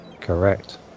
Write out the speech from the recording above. correct